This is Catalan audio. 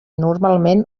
normalment